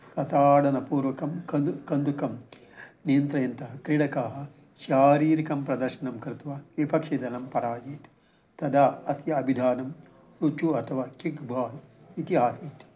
ताडनपूर्वकं कन्दुकं कन्दुकं नियन्त्रयन्तः क्रीडकाः शारीरिकं प्रदर्शनं कृत्वा विपक्षिदलं पराजीत् तदा अस्य अभिधानं सुचुः अथवा किक्बाल् इति आसीत्